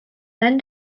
then